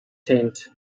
tent